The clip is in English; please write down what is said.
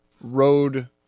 road